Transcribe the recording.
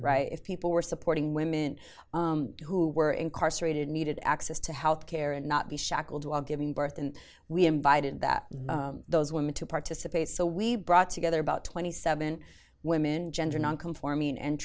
right if people were supporting women who were incarcerated needed access to health care and not be shackled while giving birth and we invited that those women to participate so we brought together about twenty seven women gender nonconforming and